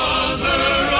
Mother